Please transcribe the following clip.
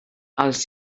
els